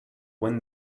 when